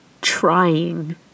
trying